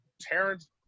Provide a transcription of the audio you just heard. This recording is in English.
Terrence